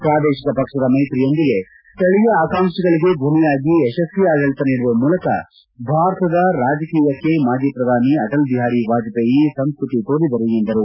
ಪ್ರಾದೇಶಿಕ ಪಕ್ಷದ ಮೈತ್ರಿಯೊಂದಿಗೆ ಸ್ವಳೀಯ ಆಕಾಂಕ್ಷೆಗಳಿಗೆ ಧ್ವಾಯಾಗಿ ಯಶಸ್ತಿ ಆಡಳಿತ ನೀಡುವ ಮೂಲಕ ಭಾರತದ ರಾಜಕೀಯಕ್ಕೆ ಮಾಜಿ ಪ್ರಧಾನಿ ಆಟಲ್ ಬಿಹಾರಿ ವಾಜಪೇಯಿ ಸಂಸ್ಕತಿ ತೋರಿದರು ಎಂದರು